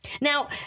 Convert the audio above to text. Now